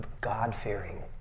God-fearing